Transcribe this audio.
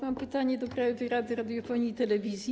Mam pytanie do Krajowej Rady Radiofonii i Telewizji.